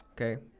Okay